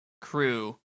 crew